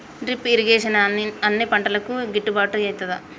Drip irrigation అన్ని పంటలకు గిట్టుబాటు ఐతదా?